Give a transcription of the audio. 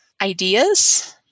ideas